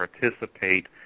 participate